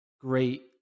great